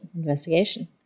investigation